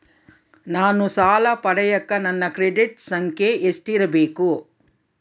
ನಾನು ಸಾಲ ಪಡಿಯಕ ನನ್ನ ಕ್ರೆಡಿಟ್ ಸಂಖ್ಯೆ ಎಷ್ಟಿರಬೇಕು?